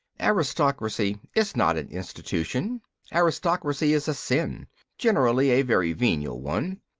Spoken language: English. aristocracy is not an institution aristocracy is a sin generally a very venial one.